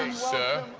sir,